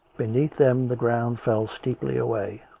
beneath them the ground fell steeply away,